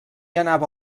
anava